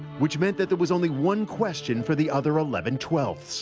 which meant that there was only one question for the other eleven twelve.